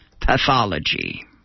pathology